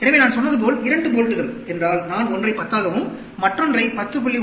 எனவே நான் சொன்னது போல் 2 போல்ட்கள் என்றால் நான் ஒன்றை 10 ஆகவும் மற்றொன்ரை 10